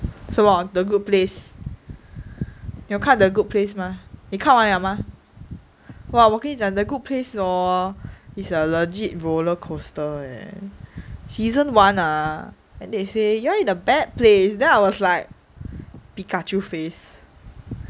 什么 the good place 你有看 the good place mah 你看完了吗 !wah! 我跟你讲 the good place hor is a legit roller coaster eh season one ah then they say you are in a bad place then I was like pikachu face